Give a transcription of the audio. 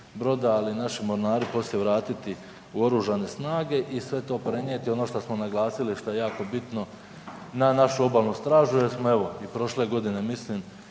broda, ali i naši mornari poslije vratiti u oružane snage i sve to prenijeti. Ono što smo naglasili što je jako bitno na našu obalnu stražu jer smo evo i prošle godine mislim